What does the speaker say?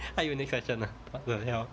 还有 next session ah what the hell